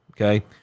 okay